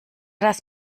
das